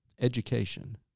education